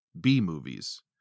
B-movies